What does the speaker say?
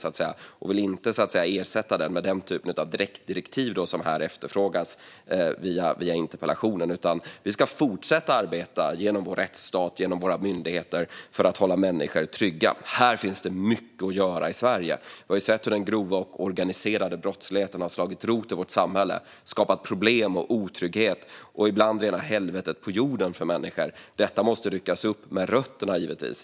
Jag vill inte ersätta den med den typ av direktdirektiv som efterfrågas via den här interpellationen. Genom vår rättsstat och våra myndigheter ska vi fortsätta att arbeta för att hålla människor trygga. Här finns det mycket att göra i Sverige. Vi har sett hur den grova, organiserade brottsligheten har slagit rot i vårt samhälle och skapat problem och otrygghet och ibland rena helvetet på jorden för människor. Detta måste givetvis ryckas upp med rötterna.